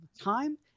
time